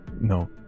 no